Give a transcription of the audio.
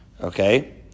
Okay